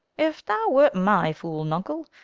if thou wert my fool, nuncle,